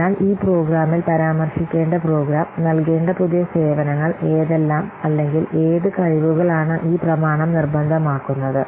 അതിനാൽ ഈ പ്രോഗ്രാമിൽ പരാമർശിക്കേണ്ട പ്രോഗ്രാം നൽകേണ്ട പുതിയ സേവനങ്ങൾ ഏതെല്ലാം അല്ലെങ്കിൽ ഏത് കഴിവുകളാണ് ഈ പ്രമാണം നിർബന്ധമാക്കുന്നത്